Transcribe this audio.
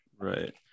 Right